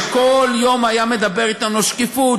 שכל יום היה מדבר אתנו שקיפות,